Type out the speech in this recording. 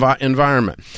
environment